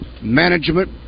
management